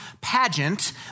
pageant